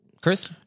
Chris